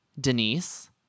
Denise